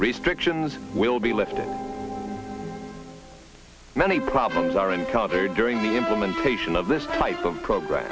restrictions will be lifted many problems are encountered during the implementation of this type of program